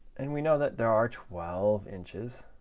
and we know that there are twelve inches